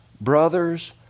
brothers